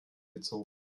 gezogen